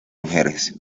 mujeres